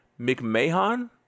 McMahon